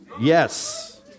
Yes